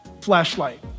flashlight